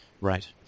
right